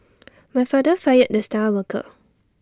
my father fired the star worker